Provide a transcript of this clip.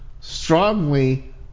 strongly